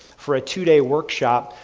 for a two-day workshop,